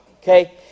okay